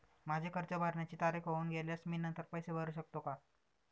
माझे कर्ज भरण्याची तारीख होऊन गेल्यास मी नंतर पैसे भरू शकतो का?